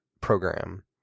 program